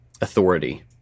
authority